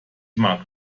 mag